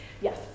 Yes